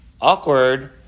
Awkward